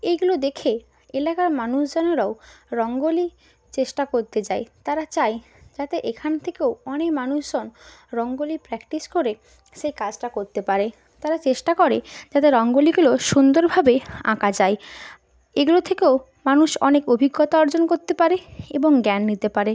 এইগুলো দেখে এলাকার মানুষজনেরাও রঙ্গোলি চেষ্টা করতে যায় তারা চায় যাতে এখান থেকেও অনেক মানুষজন রঙ্গোলি প্র্যাক্টিস করে সেই কাজটা করতে পারে তারা চেষ্টা করে যাতে রঙ্গোলিগুলো সুন্দরভাবে আঁকা যায় এগুলো থেকেও মানুষ অনেক অভিজ্ঞতা অর্জন করতে পারে এবং জ্ঞান নিতে পারে